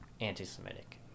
anti-semitic